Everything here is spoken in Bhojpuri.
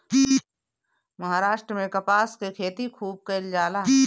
महाराष्ट्र में कपास के खेती खूब कईल जाला